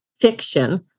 fiction